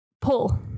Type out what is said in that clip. Pull